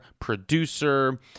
producer